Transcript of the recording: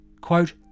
Quote